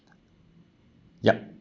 yup